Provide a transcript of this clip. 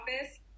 office